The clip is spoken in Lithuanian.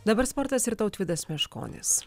dabar sportas ir tautvydas meškonis